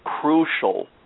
Crucial